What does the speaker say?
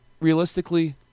realistically